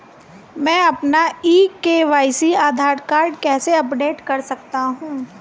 मैं अपना e KYC Aadhaar card कैसे अपडेट कर सकता हूँ?